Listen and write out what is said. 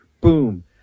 boom